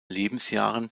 lebensjahren